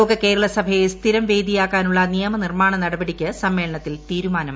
ലോക കേരള സഭയെ സ്ഥിരം വേദിയാക്കാനുള്ള നിയമ നിർമ്മാണ നടപടിക്ക് സമ്മേളനത്തിൽ തീരുമാനമായി